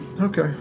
Okay